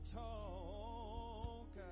talk